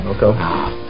Okay